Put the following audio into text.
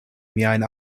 miajn